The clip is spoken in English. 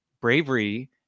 bravery